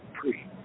three